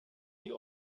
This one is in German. die